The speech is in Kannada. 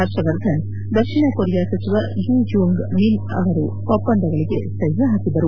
ಹರ್ಷವರ್ಧನ್ ದಕ್ಷಿಣ ಕೊರಿಯಾ ಸಚಿವ ಯು ಯುಂಗ್ ಮಿನ್ ಅವರು ಒಪ್ಪಂದಗಳಿಗೆ ಸಹಿ ಹಾಕಿದರು